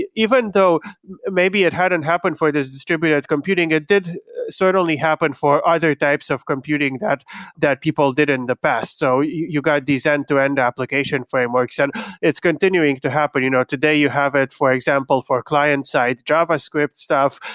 even though maybe it hadn't happen for this distributed computing, it did certainly happen for other types of computing that that people did in the past. so you you got this end-to-end application frameworks and it's continuing to happen. you know today you have it for example, for client side java script stuff,